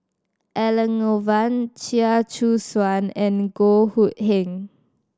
Elangovan Chia Choo Suan and Goh Hood Keng